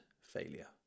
failure